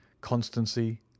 constancy